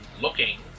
looking